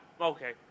Okay